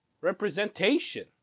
Representation